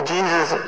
Jesus